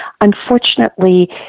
Unfortunately